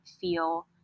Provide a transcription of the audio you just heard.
feel